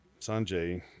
Sanjay